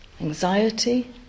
Anxiety